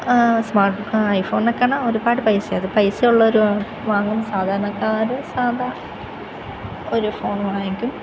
smart iPhone ഒക്കെ ഒരുപാട് പൈസയാണ് പൈസ ഉള്ളവർ വാങ്ങും സാധാരണക്കാർ സാദാ ഒരു ഫോൺ വാങ്ങിക്കും